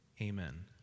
Amen